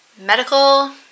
medical